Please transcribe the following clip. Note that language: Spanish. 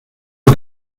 que